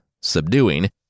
subduing